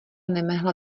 nemehla